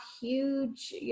huge